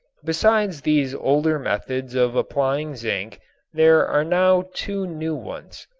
besides these older methods of applying zinc there are now two new ones.